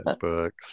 Books